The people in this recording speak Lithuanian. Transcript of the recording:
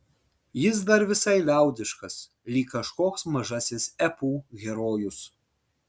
jis dar visai liaudiškas lyg kažkoks mažasis epų herojus